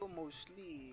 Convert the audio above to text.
mostly